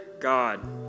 God